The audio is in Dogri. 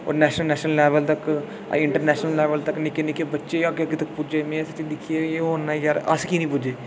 ओह नैशनल लेबल तक इटरनैशनल लेबल तक निक्के निक्के बच्चे अग्गे तक पुज्जे में सोचना के अस की नेईं पुज्जे